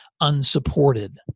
unsupported